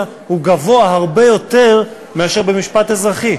אליו הוא גבוה הרבה יותר מאשר במשפט אזרחי.